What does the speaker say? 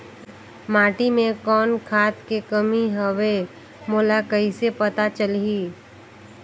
माटी मे कौन खाद के कमी हवे मोला कइसे पता चलही?